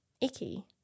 icky